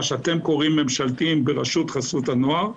מה שאתם קוראים ממשלתיים ברשות חסות הנוער,